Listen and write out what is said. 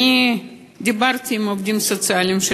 אני דיברתי עם העובדים הסוציאליים של